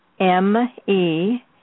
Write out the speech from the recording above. m-e